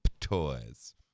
toys